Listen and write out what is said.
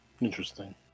Interesting